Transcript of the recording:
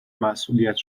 مسئولیت